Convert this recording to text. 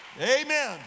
Amen